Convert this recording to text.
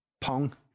pong